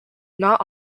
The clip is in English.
not